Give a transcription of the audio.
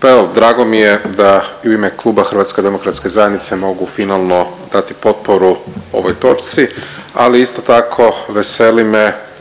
Pa evo drago mi je da u ime kluba HDZ-a mogu finalno dati potporu ovoj točci, ali isto tako veseli me